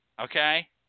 Okay